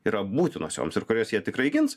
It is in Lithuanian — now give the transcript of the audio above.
yra būtinos joms ir kurias jie tikrai gins